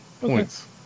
Points